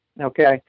Okay